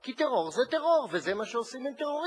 כי טרור זה טרור, וזה מה שעושים עם טרוריסטים,